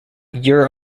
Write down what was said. your